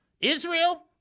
Israel